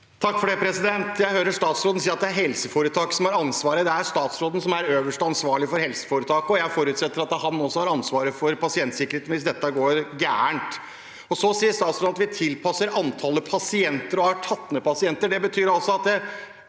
Hoksrud (FrP) Jeg hører statsråd- en si at det er helseforetaket som har ansvaret. Det er statsråden som er øverst ansvarlig for helseforetaket, og jeg forutsetter at han også har ansvaret for pasientsikkerheten hvis dette går galt. Statsråden sier at vi tilpasser antallet pasienter og har tatt ned antallet.